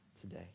today